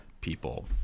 people